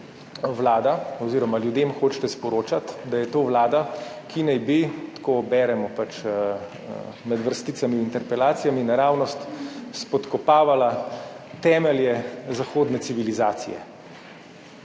vlada oziroma ljudem hočete sporočati, da je to vlada, ki naj bi, tako beremo med vrsticami v interpelaciji, naravnost spodkopavala temelje zahodne civilizacije.